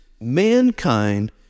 mankind